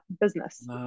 business